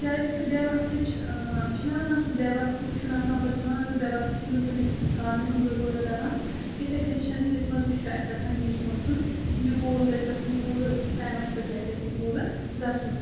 کیٛازکہِ بےٚ وقتٕچ چھِنہ وَنان سُہ بے وقتُک چھُنہٕ آسان پَتہٕ چھُنہ وَنان سُہ بےٚ وقتہٕ چھُنہٕ کُنہِ کامہِ ہُنٛد ضروٗرت لگان یِتھے کٔنی چھنہٕ یَتھ منٛز تہِ چھُ اَسہِ آسان یی سونٛچُن کہِ یہِ گول گژھِ گژھُن پوٗرٕ ٹایمَس پٮ۪ٹھ گژھِ اَسہِ یہِ پوٗرٕ گژھُن